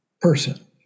person